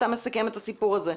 אתה מסכם את הסיפור הזה.